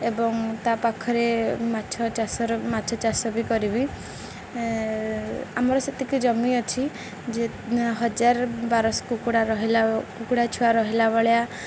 ଏବଂ ତା ପାଖରେ ମାଛ ଚାଷର ମାଛ ଚାଷ ବି କରିବି ଆମର ସେତିକି ଜମି ଅଛି ଯେ ହଜାର ବାରଶହ କୁକୁଡ଼ା ରହିଲା କୁକୁଡ଼ା ଛୁଆ ରହିଲା ଭଳିଆ